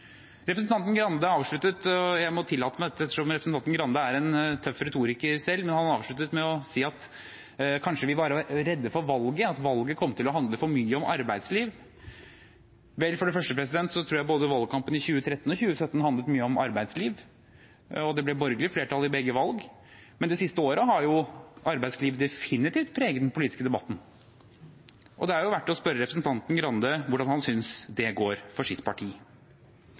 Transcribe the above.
Representanten Grande avsluttet – og jeg tillater meg dette ettersom representanten Grande er en tøff retoriker selv – med å si at vi kanskje bare var redde for at valget kom til å handle for mye om arbeidsliv. Vel, for det første tror jeg valgkampen både i 2013 og 2017 handlet mye om arbeidsliv, og det ble borgerlig flertall i begge valg. Men det siste året har arbeidsliv definitivt preget den politiske debatten, og det er jo verdt å spørre representanten Grande hvordan han syns det går for sitt parti.